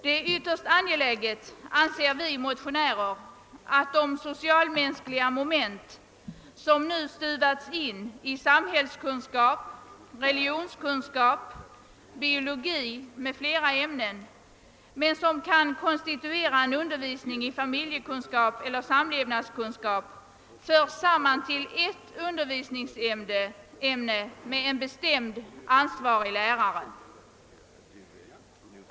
Vi motionärer anser det vara ytterst angeläget, att de social-mänskliga moment som nu stuvats in i samhällskunskap, religionskunskap, biologi m.fl. ämnen men som kan konstituera en undervisning i familjekunskap eller samlevnadskunskap förs samman till ett undervisningsämne med en bestämd ansvarig lärare.